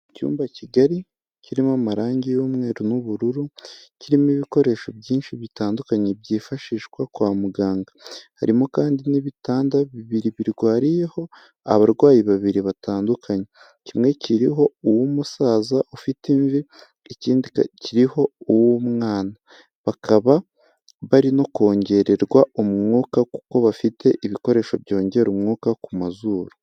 Icyumba kigari kirimo amarangi y'umweru n'ubururu, kirimo ibikoresho byinshi bitandukanye byifashishwa kwa muganga. Harimo kandi n'ibitanda bibiri birwariyeho abarwayi babiri batandukanye, kimwe kiriho uw'umusaza ufite imvi ikindi kiho uw'umwana, bakaba bari no kongererwa umwuka kuko bafite ibikoresho byongera umwuka ku mazuru.